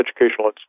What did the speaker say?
educational